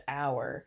hour